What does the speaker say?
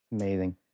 Amazing